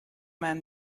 man